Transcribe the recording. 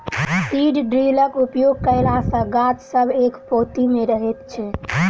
seed ड्रिलक उपयोग कयला सॅ गाछ सब एक पाँती मे रहैत छै